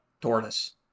Tortoise